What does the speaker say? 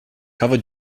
cover